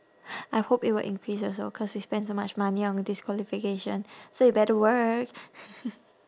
I hope it will increase also cause we spend so much money on this qualification so you better work